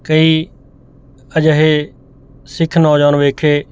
ਕਈ ਅਜਿਹੇ ਸਿੱਖ ਨੌਜਵਾਨ ਵੇਖੇ